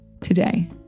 today